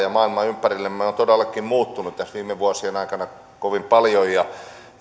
maailma ympärillämme on todellakin muuttunut tässä viime vuosien aikana kovin paljon ja